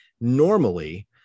normally